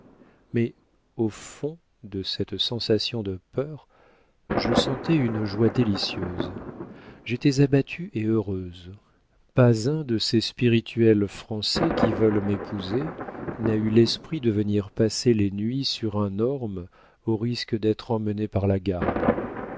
mais au fond de cette sensation de peur je sentais une joie délicieuse j'étais abattue et heureuse pas un de ces spirituels français qui veulent m'épouser n'a eu l'esprit de venir passer les nuits sur un orme au risque d'être emmené par la garde